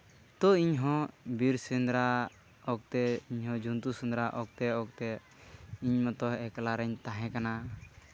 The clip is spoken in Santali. ᱛᱳ ᱤᱧ ᱦᱚᱸ ᱵᱤᱨ ᱥᱮᱸᱫᱽᱨᱟ ᱚᱠᱛᱮ ᱤᱧᱦᱚᱸ ᱡᱚᱱᱛᱩ ᱥᱮᱸᱫᱽᱨᱟ ᱚᱠᱛᱮ ᱚᱠᱛᱮ ᱤᱧ ᱢᱚᱛᱚ ᱮᱠᱞᱟᱨᱤᱧ ᱛᱟᱦᱮᱸ ᱠᱟᱱᱟ